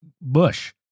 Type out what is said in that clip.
bush